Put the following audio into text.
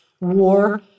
war